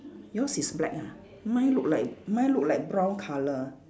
yours is black ah mine look like mine look like brown colour